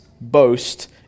boast